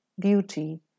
beauty